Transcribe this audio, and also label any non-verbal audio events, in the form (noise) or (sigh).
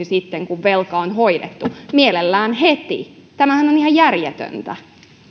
(unintelligible) sitten kun velka on hoidettu mielellään heti tämähän on ihan järjetöntä